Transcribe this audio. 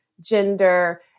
gender